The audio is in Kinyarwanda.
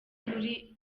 muri